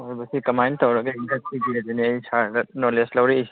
ꯑꯣꯏꯕꯁꯤ ꯀꯃꯥꯏꯅ ꯇꯧꯔꯒ ꯏꯟꯈꯠꯁꯤꯒꯦ ꯑꯗꯨꯅꯤ ꯑꯩ ꯁꯥꯔꯗ ꯅꯣꯂꯦꯖ ꯂꯧꯔꯛꯏꯁꯦ